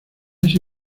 ese